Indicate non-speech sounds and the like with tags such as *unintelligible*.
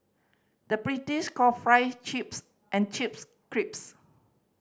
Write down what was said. the British call fry chips and chips *unintelligible*